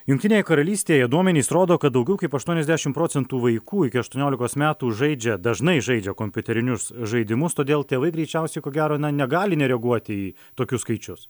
jungtinėje karalystėje duomenys rodo kad daugiau kaip aštuoniasdešim procentų vaikų iki aštuoniolikos metų žaidžia dažnai žaidžia kompiuterinius žaidimus todėl tėvai greičiausiai ko gero na negali nereaguoti į tokius skaičius